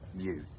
you,